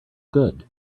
good